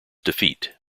defeat